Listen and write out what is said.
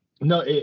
no